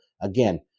again